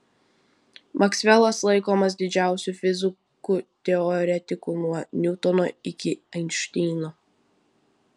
maksvelas laikomas didžiausiu fiziku teoretiku nuo niutono iki einšteino